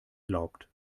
glaubt